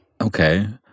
Okay